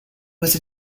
was